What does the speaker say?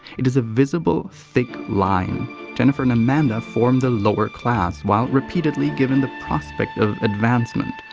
it's a visible, thick line jennifer and amanda form the lower class while repeatedly given the prospect of advancement,